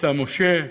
מבצע משה,